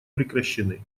прекращены